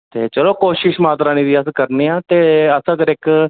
ते चलो कोशिश माता रानी दी अस करने आं ते अस अगर इक